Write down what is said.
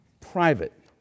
private